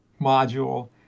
module